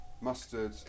Mustard